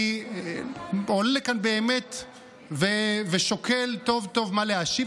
אני עולה לכאן ושוקל טוב טוב מה להשיב,